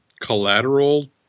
collateral